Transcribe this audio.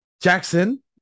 Jackson